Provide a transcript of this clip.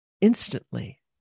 instantly